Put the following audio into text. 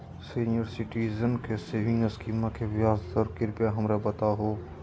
senior citizen के saving स्कीमवा के ब्याज दर कृपया हमरा बताहो